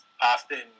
often